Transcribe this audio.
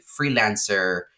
freelancer